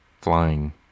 flying